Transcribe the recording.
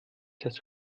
das